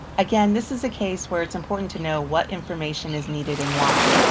again, this is a case where it's important to know what information is needed and why.